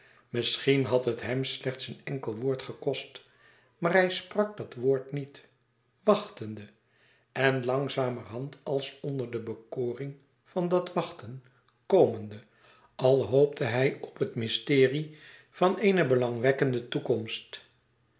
misschien had het hem slechts een enkel woord gekost maar hij sprak dat woord niet wachtende en langzamerhand als onder de bekoring van dat wachten komende als hoopte hij op het mysterie van eene belangwekkende toekomst